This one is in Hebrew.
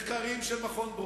מחקרים של מכון ברוקדייל,